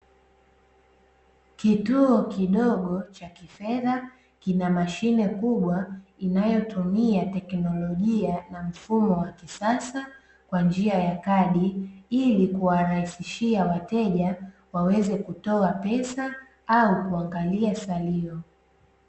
Kituo kidogo cha kifedha, kina mshine kubwa inayotumia teknolojia na mfumo wa kisasa wa njia ya kadi, ili kuwarahisishia wateja waweze kutoa pesa au kuangalia salio.